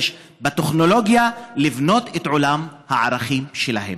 בטכנולוגיה לבנות את עולם הערכים שלהם.